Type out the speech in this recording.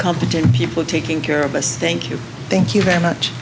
competent people taking care of us thank you thank you very much